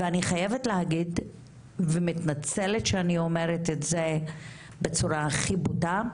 ואני חייבת להגיד ומתנצלת שאני אומרת את זה בצורה הכי בוטה.